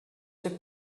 took